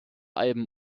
alben